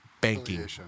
banking